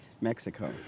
Mexico